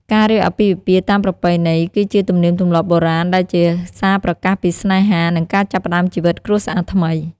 ការរៀបអាពាហ៍ពិពាហ៍តាមប្រពៃណីគឺជាទំនៀមទម្លាប់បុរាណដែលជាសារប្រកាសពីស្នេហា និងការចាប់ផ្តើមជីវិតគ្រួសារថ្មី។